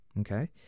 Okay